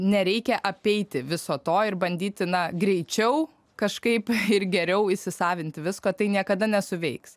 nereikia apeiti viso to ir bandyti na greičiau kažkaip ir geriau įsisavint visko tai niekada nesuveiks